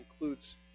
includes